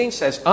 says